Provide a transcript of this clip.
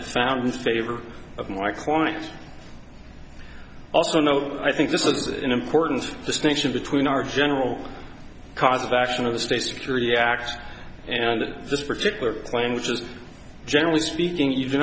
it found in favor of my client also no i think this is an important distinction between our general cause of action of the state security act and this particular plan which is generally speaking you do